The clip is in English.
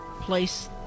place